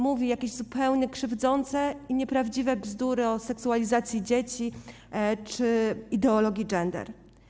Mówi zupełnie krzywdzące i nieprawdziwe bzdury o seksualizacji dzieci czy ideologii gender.